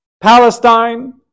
Palestine